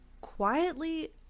quietly